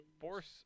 Force